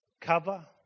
Cover